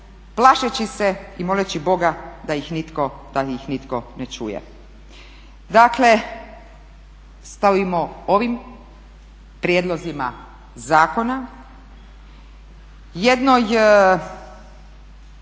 plašeći se i moleći Boga da ih nitko ne čuje. Dakle, stanimo ovim prijedlozima zakona jednoj